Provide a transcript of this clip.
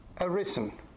arisen